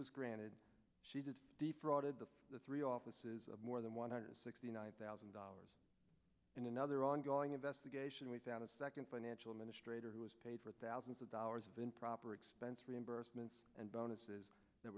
was granted she did deep throated to the three offices of more than one hundred sixty nine thousand dollars in another ongoing investigation without a second financial ministre who was paid for thousands of dollars of improper expense reimbursements and bonuses